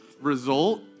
result